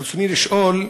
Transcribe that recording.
רצוני לשאול: